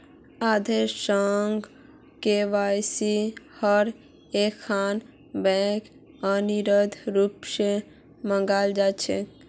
आधारेर संग केवाईसिक हर एकखन बैंकत अनिवार्य रूप स मांगाल जा छेक